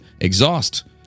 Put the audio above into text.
exhaust